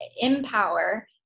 empower